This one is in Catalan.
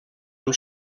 amb